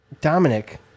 Dominic